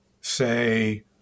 say